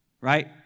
Right